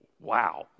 Wow